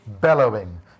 bellowing